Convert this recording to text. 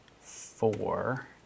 four